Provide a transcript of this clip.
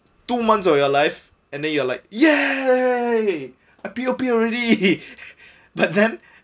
two months of your life and then you are like !yay! I P_O_P already but then